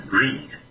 read